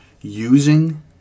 using